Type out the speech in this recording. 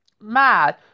mad